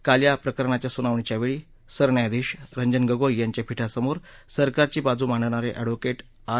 काल या प्रकरणाच्या सुनावणीच्यावेळी सरन्यायाधीश न्यायमूर्ती रंजन गोगोई यांच्या पीठासमोर सरकारची बाजू मांडणारे एडव्होकेट आर